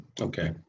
Okay